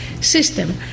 system